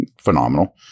Phenomenal